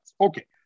Okay